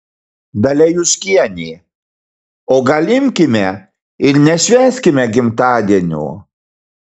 dalia juškienė o gal imkime ir nešvęskime gimtadienio